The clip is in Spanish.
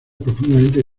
profundamente